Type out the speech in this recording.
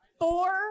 Four